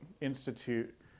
Institute